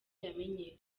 yamenyekanye